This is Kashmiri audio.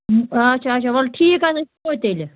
آچھا آچھا وَل ٹھیٖک أسۍ یِمو تیٚلہِ